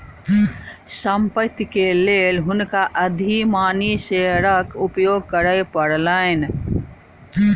संपत्ति के लेल हुनका अधिमानी शेयरक उपयोग करय पड़लैन